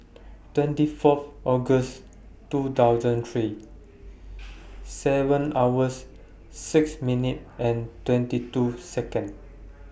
twenty Fourth August two thousand and three seven hours six minute twenty two Second